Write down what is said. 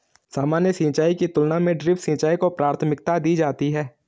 सामान्य सिंचाई की तुलना में ड्रिप सिंचाई को प्राथमिकता दी जाती है